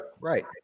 Right